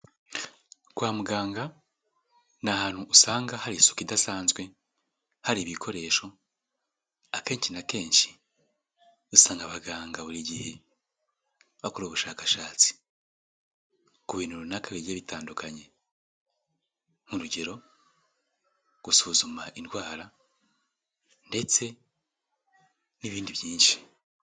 Kwa muganga ni ahantu usanga hari isuku idasanzwe, hari ibikoresho, akenshi na kenshi usanga abaganga buri gihe, bakora ubushakashatsi ku bintu runaka bijya bitandukanye, nk'urugero gusuzuma indwara ndetse n'ibindi byinshi.